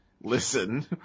Listen